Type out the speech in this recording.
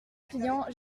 pliants